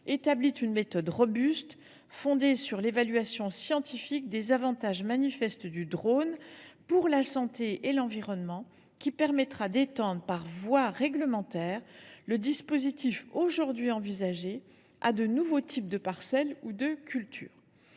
définit une méthode robuste, fondée sur l’évaluation scientifique des avantages manifestes du drone pour la santé et l’environnement. Elle permettra d’étendre par voie réglementaire le dispositif aujourd’hui envisagé à de nouveaux types de parcelles ou de cultures.